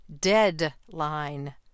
DEADLINE